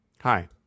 Hi